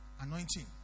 Anointing